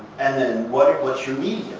and then, what's what's your medium?